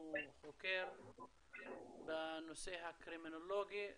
שהוא חוקר בנושא הקרימינולוגי.